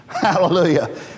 Hallelujah